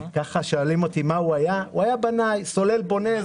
היה בסולל בונה,